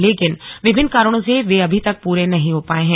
लेकिन विभिन्न कारणों से वे अभी तक पूरे नहीं हो पाये हैं